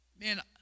Man